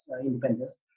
independence